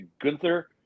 Gunther